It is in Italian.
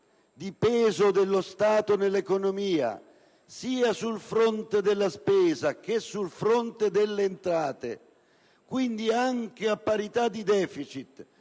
del peso dello Stato nell'economia, sia sul fronte della spesa che sul fronte delle entrate, quindi anche a parità di *deficit*